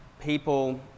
people